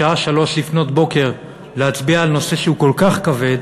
בשעה 03:00, להצביע על נושא שהוא כל כך כבד,